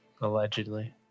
Allegedly